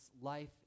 life